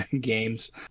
games